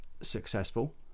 successful